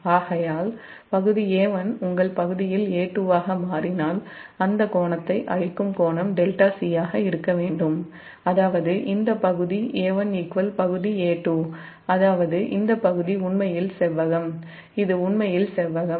ஆகையால் பகுதி A1 உங்கள் பகுதியில் A2 ஆக மாறினால் அந்த கோணத்தை அழிக்கும் கோணம் 𝜹𝒄 இருக்க வேண்டும் அதாவது இந்த பகுதி A1 பகுதி A2 அதாவது இந்த பகுதி உண்மையில் செவ்வகம்